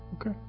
Okay